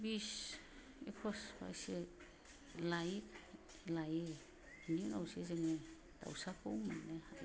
बिस एखस बाइस्सो लायो बेनि उनावसो जोङो दावसाखौ मोननो हायो